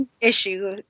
issue